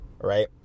right